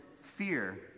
fear